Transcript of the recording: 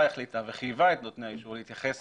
החליטה וחייבה את נותני האישור להתייחס